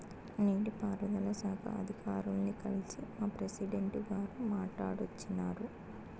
నీటి పారుదల శాఖ అధికారుల్ని కల్సి మా ప్రెసిడెంటు గారు మాట్టాడోచ్చినారు